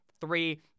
Three